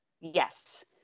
Yes